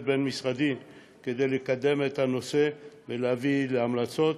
בין-משרדי כדי לקדם את הנושא ולהביא המלצות,